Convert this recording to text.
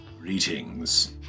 Greetings